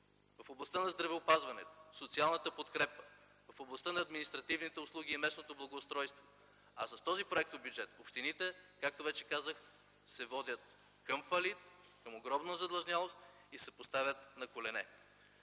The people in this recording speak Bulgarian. в областта на здравеопазването, на социалната подкрепа, на административните услуги и местното благоустройство. С този проектобюджет общините както вече казах се водят към фалит, към огромна задлъжнялост и се поставят на колене.